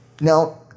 Now